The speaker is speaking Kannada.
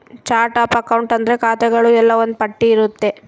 ಚಾರ್ಟ್ ಆಫ್ ಅಕೌಂಟ್ ಅಂದ್ರೆ ಖಾತೆಗಳು ಎಲ್ಲ ಒಂದ್ ಪಟ್ಟಿ ಇರುತ್ತೆ